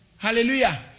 Hallelujah